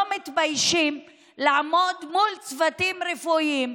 לא מתביישים לעמוד מול צוותים רפואיים,